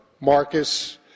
Marcus